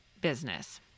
business